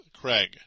Craig